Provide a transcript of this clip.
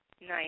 Nice